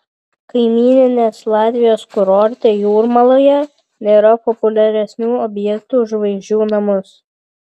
kaimyninės latvijos kurorte jūrmaloje nėra populiaresnių objektų už žvaigždžių namus